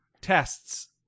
tests